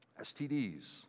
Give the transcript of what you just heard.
STDs